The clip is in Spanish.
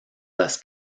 las